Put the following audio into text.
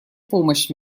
помощь